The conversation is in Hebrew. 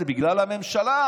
זה בגלל הממשלה.